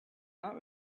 not